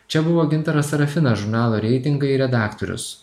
čia buvo gintaras sarafinas žurnalo reitingai redaktorius